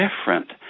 different